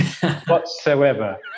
whatsoever